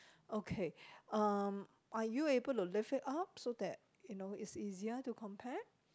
okay um are you able to lift it up so that you know it's easier to compare